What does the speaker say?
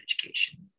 education